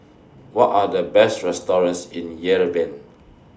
What Are The Best restaurants in Yerevan